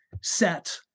set